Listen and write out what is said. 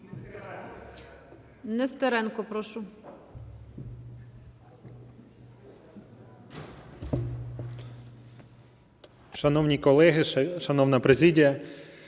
Шановні колеги, шановна президія.